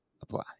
apply